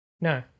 No